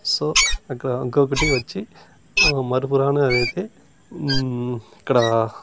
so అక్కడ ఇంకొకటి వచ్చి మరుపురానిదైతే ఇక్కడా